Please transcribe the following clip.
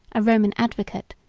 a roman advocate,